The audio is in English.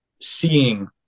seeing